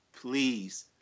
Please